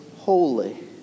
holy